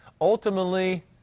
ultimately